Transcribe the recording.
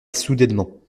soudainement